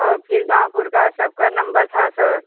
और फिर गाँवपुर का सबका नंबर था सर